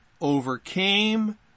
overcame